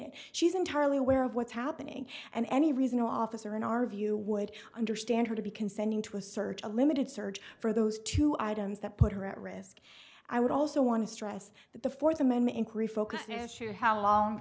it she's entirely aware of what's happening and any reason officer in our view would understand her to be consenting to a search a limited search for those two items that put her at risk i would also want to stress that the fourth amendment i